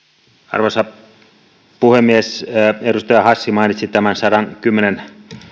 arvoisa puhemies edustaja hassi mainitsi tämän sadankymmenen